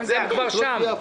זה כבר שם.